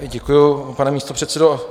Děkuji, pane místopředsedo.